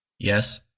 Yes